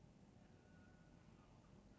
ah the bird rest on top of the stone ah